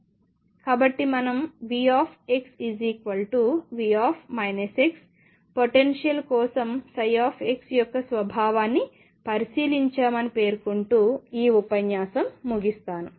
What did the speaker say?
కాబట్టిమనం VxV పొటెన్షియల్స్ కోసం ψ యొక్క స్వభావాన్ని పరిశీలించామని పేర్కొంటూ ఈ ఉపన్యాసం ముగిస్తాను